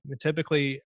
Typically